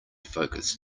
focus